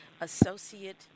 associate